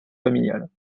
familial